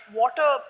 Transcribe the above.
water